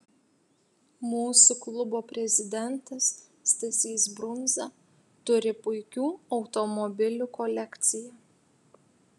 mūsų klubo prezidentas stasys brunza turi puikių automobilių kolekciją